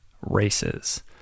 races